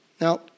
Now